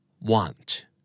Want